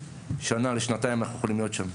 שנה לשנתיים אנחנו יכולים להיות שם.